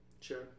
Sure